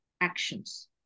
actions